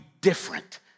different